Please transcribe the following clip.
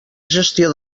gestió